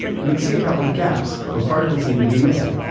we can see a couple of gaps where particles seem to be missing.